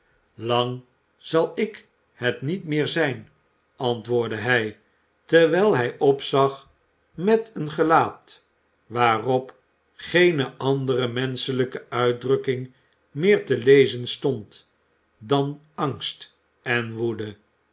lang zal ik het niet meer zijn antwoordde hij terwijl hij opzag met een gelaat waarop geene andere menscheüjke uitdrukking meer te lezen stond dan angst en woede